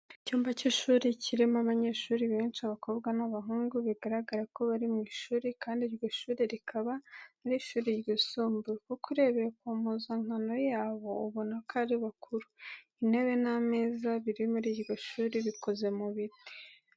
Icyumba cy'ishuri kirimo abanyeshuri benshi: abakobwa n'abahungu, bigaragara ko bari mu ishuri kandi iryo shuri rikaba ari ishuri ryisumbuye, kuko urebeye ku mpuzankano yabo ubona ko ari bakuru. Intebe n'ameza biri muri iryo shuri, bikoze mu biti.